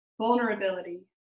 vulnerability